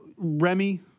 Remy